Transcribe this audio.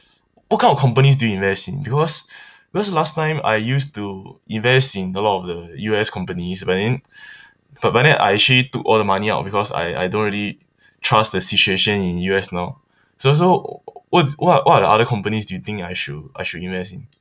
what kind of companies do you invest in because because last time I used to invest in a lot of the U_S companies but then but but then I actually took all the money out because I I don't really trust the situation in U_S now so so what's what are what are the other companies do you think I should I should invest in